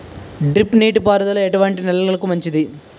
Drip నీటి పారుదల ఎటువంటి నెలలకు మంచిది?